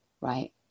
right